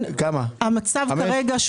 המצב כרגע,